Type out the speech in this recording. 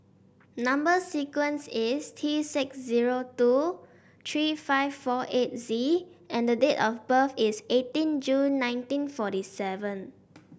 number sequence is T six zero two three five four eight Z and the date of birth is eighteen June nineteen forty seven